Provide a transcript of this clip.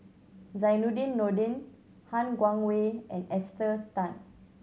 Zainudin Nordin Han Guangwei and Esther Tan